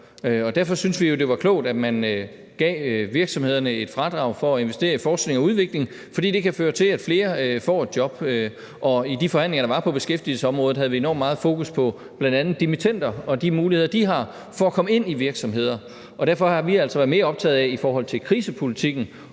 Derfor synes vi, det var klogt, at man gav virksomhederne et fradrag for at investere i forskning og udvikling, fordi det kan føre til, at flere får et job. Og i de forhandlinger, der var på beskæftigelsesområdet, havde vi enormt meget fokus på bl.a. dimittender og de muligheder, de har for at komme ind i virksomheder. Derfor har vi altså været mere optaget af i forhold til krisepolitikken